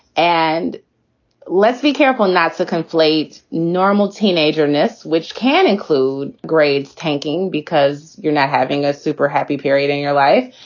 and let's be careful not to conflate normal teenager ness, which can include grades tanking because you're not having a super happy period in your life.